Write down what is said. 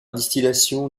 distillation